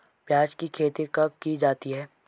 प्याज़ की खेती कब की जाती है?